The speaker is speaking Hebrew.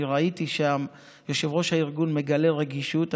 ראיתי שיושב-ראש הארגון מגלה רגישות.